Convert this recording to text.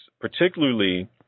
particularly